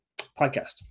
podcast